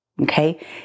Okay